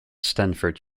stanford